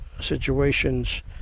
situations